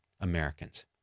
Americans